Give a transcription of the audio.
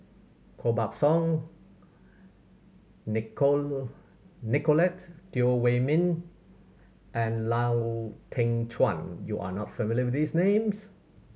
Koh Buck Song Nicolette Teo Wei Min and Lau Teng Chuan you are not familiar with these names